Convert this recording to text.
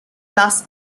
plus